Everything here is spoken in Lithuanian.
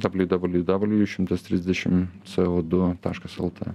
dabulju dabulju dabulju šimtas trisdešim c o du taškas lt